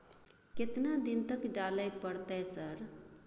केतना दिन तक डालय परतै सर?